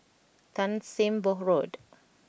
Tan Sim Boh Road